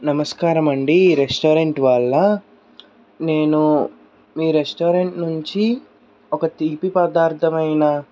నమస్కారం అండి రెస్టారెంట్ వాళ్ళ నేను మీ రెస్టారెంట్ నుంచి ఒక తీపి పదార్థం అయిన